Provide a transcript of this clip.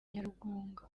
nyarugunga